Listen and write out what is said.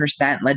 led